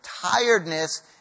tiredness